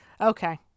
Okay